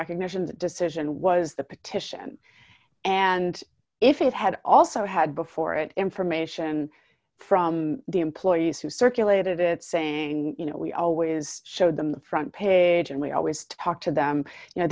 recognition that decision was the petition and if it had also had before it information from the employees who circulated it saying you know we always showed them the front page and we always talk to them